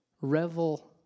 Revel